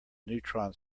neutron